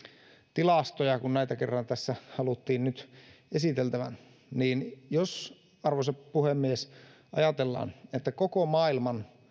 tilastoja kun näitä kerran tässä haluttiin nyt esiteltävän jos arvoisa puhemies ajatellaan että koko maailman